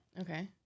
Okay